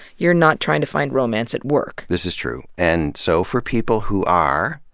you're not trying to find romance at work. this is true. and so, for people who are,